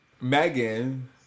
Megan